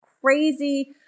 crazy